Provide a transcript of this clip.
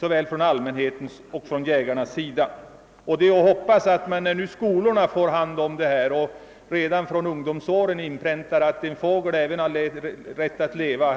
Redan i skolåldern bör det inpräntas i människorna att även en fågel har rätt att leva.